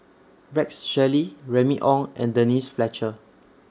Rex Shelley Remy Ong and Denise Fletcher